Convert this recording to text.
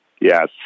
Yes